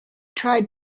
tried